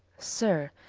sir,